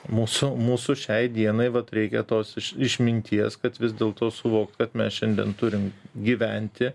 mūsų mūsų šiai dienai vat reikia tos išminties kad vis dėlto suvokt kad mes šiandien turim gyventi